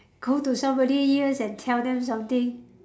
go to somebody ears and tell them something